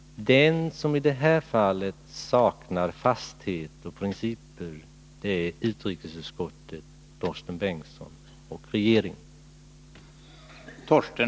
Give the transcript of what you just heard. De somi detta fall saknar fasthet och principer är utrikesutskottet, Torsten Bengtson och regeringen.